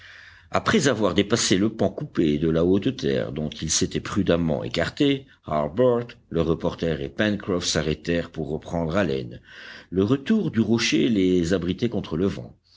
après avoir dépassé le pan coupé de la haute terre dont ils s'étaient prudemment écartés harbert le reporter et pencroff s'arrêtèrent pour reprendre haleine le retour du rocher les abritait contre le vent